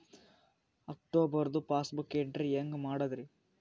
ಅಕ್ಟೋಬರ್ದು passbook entry ಹೆಂಗ್ ಮಾಡದ್ರಿ?